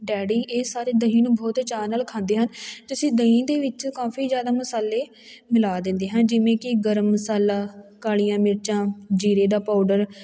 daddy ਇਹ ਸਾਰੇ ਦਹੀਂ ਨੂੰ ਬਹੁਤ ਚਾਅ ਨਾਲ ਖਾਂਦੇ ਹਨ ਅਤੇ ਅਸੀਂ ਦਹੀਂ ਦੇ ਵਿੱਚ ਕਾਫੀ ਜ਼ਿਆਦਾ ਮਸਾਲੇ ਮਿਲਾ ਦਿੰਦੇ ਹਾਂ ਜਿਵੇਂ ਕਿ ਗਰਮ ਮਸਾਲਾ ਕਾਲੀਆਂ ਮਿਰਚਾਂ ਜੀਰੇ ਦਾ ਪਾਊਡਰ